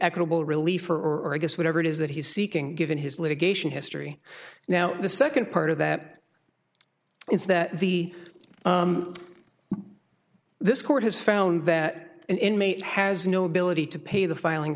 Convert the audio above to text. equitable relief for or against whatever it is that he's seeking given his litigation history now the second part of that is that the this court has found that an inmate has no ability to pay the filing